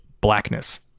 blackness